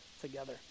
together